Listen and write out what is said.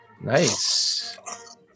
Nice